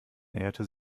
näherte